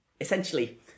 essentially